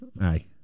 aye